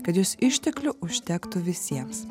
kad jos išteklių užtektų visiems